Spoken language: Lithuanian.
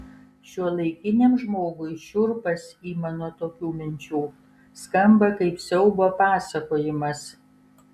šiuolaikiniam žmogui šiurpas ima nuo tokių minčių skamba kaip siaubo pasakojimas